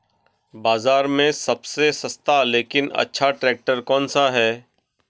बाज़ार में सबसे सस्ता लेकिन अच्छा ट्रैक्टर कौनसा है?